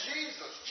Jesus